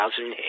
2008